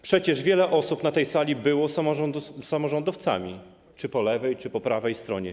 Przecież wiele osób na tej sali było samorządowcami, czy po lewej, czy po prawej stronie.